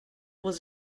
was